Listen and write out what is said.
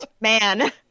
man